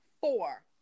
four